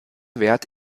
wert